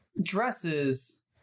dresses